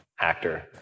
actor